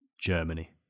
Germany